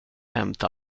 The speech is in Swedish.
hämta